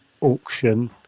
auction